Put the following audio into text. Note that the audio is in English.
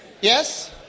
yes